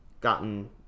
gotten